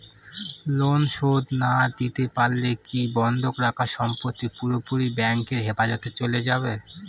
Loan শোধ না দিতে পারলে কি বন্ধক রাখা সম্পত্তি পুরোপুরি ব্যাংকের হেফাজতে চলে যাবে?